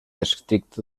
estricte